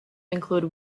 include